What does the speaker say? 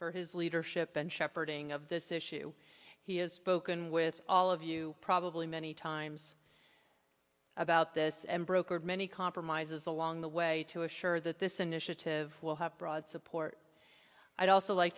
for his leadership and shepherding of this issue he has spoken with all of you probably many times about this and broker many compromises along the way to assure that this initiative will have broad support i'd also like